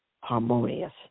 harmonious